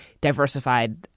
diversified